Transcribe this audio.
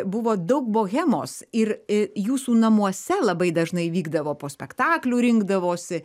buvo daug bohemos ir jūsų namuose labai dažnai vykdavo po spektaklių rinkdavosi